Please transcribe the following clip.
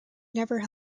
never